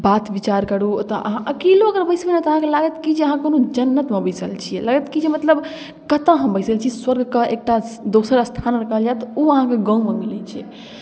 बात विचार करू ओतय अहाँ अकेलो अगर बैसबै ने तऽ अहाँके लागत कि जे अहाँ कोनो जन्नतमे बैसल छियै लागत कि जे मतलब कतय हम बैसल छी स्वर्गके एकटा दोसर स्थानके कहल जाय तऽ ओ अहाँके गाममे मिलै छै